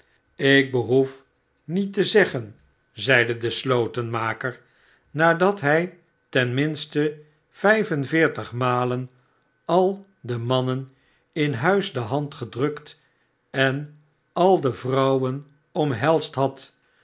ik behoef niet te zeggen zeide de slotenmaker nadat hij ten minste vijf en veertig malen al de mannen in huis de hand gedrukt en al de vrouwen omhelsd had